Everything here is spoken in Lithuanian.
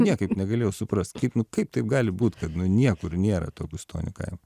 niekaip negalėjau suprast kaip taip gali būt kad niekur nėra to gustonių kaimo